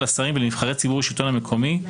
לשרים ולנבחרי ציבור בשלטון המקומי,